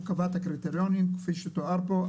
הוא קבע את הקריטריונים כפי שתואר פה,